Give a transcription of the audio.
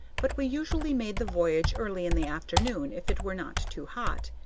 but we usually made the voyage early in the afternoon if it were not too hot,